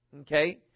Okay